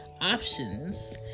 options